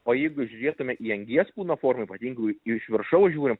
o jeigu žiūrėtume į angies kūno formą ypatingai iš viršaus žiūrim